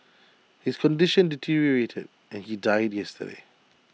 his condition deteriorated and he died yesterday